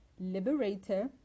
liberator